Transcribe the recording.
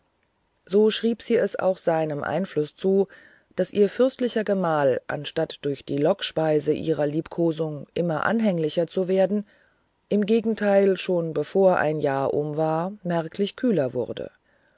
so schrieb sie es auch seinem einfluß zu daß ihr fürstlicher gemahl anstatt durch die lockspeise ihrer liebkosungen immer anhänglicher zu werden im gegenteil schon bevor ein jahr um war merklich kühler wurde